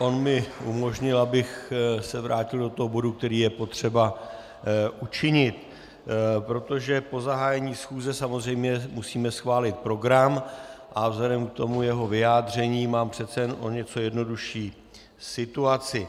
On mi umožnil, abych se vrátil do toho bodu, který je potřeba učinit, protože po zahájení schůze samozřejmě musíme schválit program, a vzhledem k jeho vyjádření mám přece jen o něco jednodušší situaci.